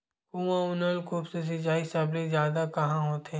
कुआं अउ नलकूप से सिंचाई सबले जादा कहां होथे?